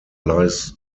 lies